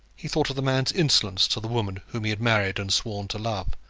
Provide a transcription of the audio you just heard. he thought of the man's insolence to the woman whom he had married and sworn to love,